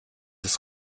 des